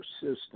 system